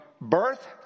birth